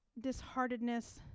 disheartedness